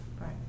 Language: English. Right